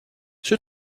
ses